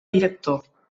director